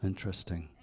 Interesting